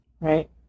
Right